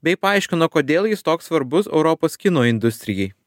bei paaiškino kodėl jis toks svarbus europos kino industrijai